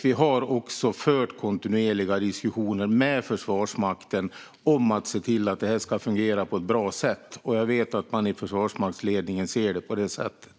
Vi har också fört kontinuerliga diskussioner med Försvarsmakten om att detta ska fungera på ett bra sätt. Jag vet att man i försvarsmaktsledningen ser det på det sättet.